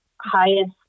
highest